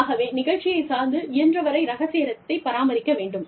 ஆகவே நிகழ்ச்சியை சார்ந்து இயன்றவரை ரகசியத்தை பராமரிக்க வேண்டும்